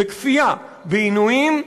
בכפייה, בעינויים,